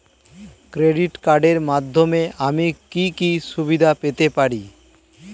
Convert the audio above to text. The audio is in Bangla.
ক্রেডিট কার্ডের মাধ্যমে আমি কি কি সুবিধা পেতে পারি?